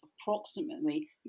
approximately